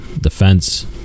defense